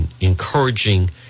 encouraging